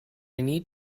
need